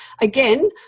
again